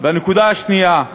והנקודה השנייה,